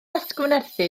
atgyfnerthu